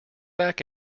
back